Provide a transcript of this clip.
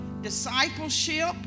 discipleship